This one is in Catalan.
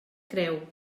creu